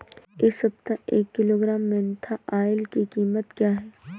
इस सप्ताह एक किलोग्राम मेन्था ऑइल की कीमत क्या है?